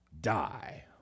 die